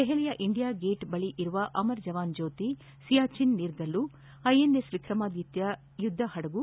ದೆಹಲಿಯ India gate ಬಳಿ ಇರುವ ಅಮರ್ ಜವಾನ್ ಜ್ಯೋತಿ ಸಿಯಾಚಿನ್ ನೀರ್ಗಲ್ಲು ಐಎನ್ಎಸ್ ವಿಕ್ರಮಾದಿತ್ತ ಯುದ್ದ ಹಡಗು